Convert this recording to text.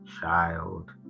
Child